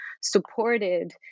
supported